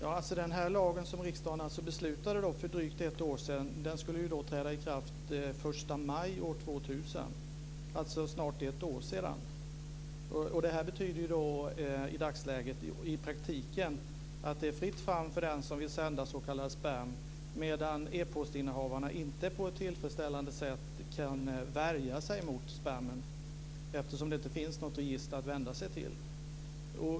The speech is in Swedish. Fru talman! Den lag som riksdagen beslutade om för drygt ett år sedan skulle alltså träda i kraft den 1 maj 2000, dvs. för snart ett år sedan. Det här betyder i praktiken att det i dagsläget är fritt fram för den som vill sända s.k. spam. E-postinnehavarna kan inte på ett tillfredsställande sätt värja sig mot denna spam eftersom det inte finns något register att vända sig till.